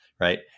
Right